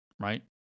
right